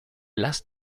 last